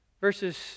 verses